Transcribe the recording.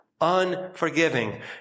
unforgiving